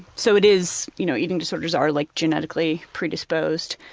so it is, you know eating disorders are like genetically predisposed,